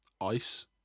ice